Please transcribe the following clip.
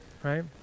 right